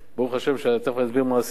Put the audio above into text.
ברוך השם, תיכף אסביר מה עשינו,